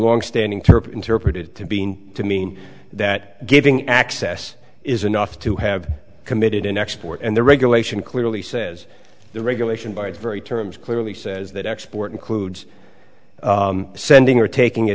longstanding terp interpreted to being to mean that giving access is enough to have committed an export and the regulation clearly says the regulation by its very terms clearly says that export includes sending or taking a